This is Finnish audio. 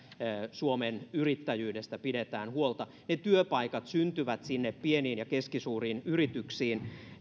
suomen yrittäjyydestä pidetään huolta ne työpaikat syntyvät sinne pieniin ja keskisuuriin yrityksiin